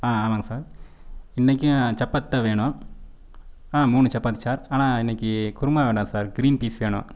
ஆ ஆமாங்க சார் இன்றைக்கும் சப்பாத்தி தான் வேணும் ஆ மூணு சப்பாத்தி சார் ஆனால் இன்னைக்கு குருமா வேண்டாம் சார் க்ரீன் பீஸ் வேணும்